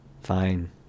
Fine